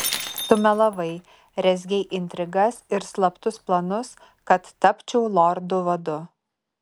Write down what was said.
tu melavai rezgei intrigas ir slaptus planus kad tapčiau lordu vadu